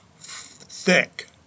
thick